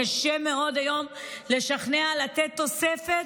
וזה קשה מאוד היום לשכנע לתת תוספת,